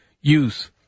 use